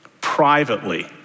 privately